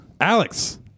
Alex